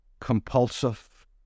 compulsive